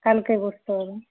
কালকেই বসতে হবে